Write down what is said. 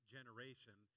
Generation